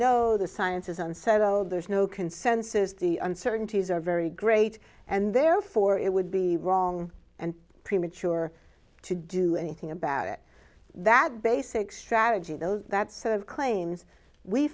know the science isn't settled there's no consensus the uncertainties are very great and therefore it would be wrong and premature to do anything about it that basic strategy that sort of claims we